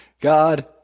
God